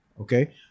Okay